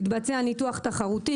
התבצע ניתוח תחרותי,